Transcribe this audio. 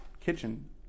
kitchen